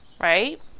right